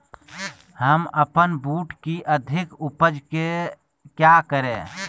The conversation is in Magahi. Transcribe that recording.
हम अपन बूट की अधिक उपज के क्या करे?